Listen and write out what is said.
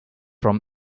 from